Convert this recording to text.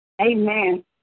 Amen